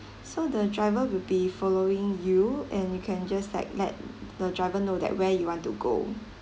so the driver will be following you and you can just like let the driver know that where you want to go